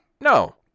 no